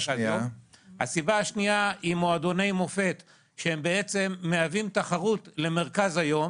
הסיבה השנייה היא מועדוני מופת שהם בעצם מהווים תחרות למרכז היום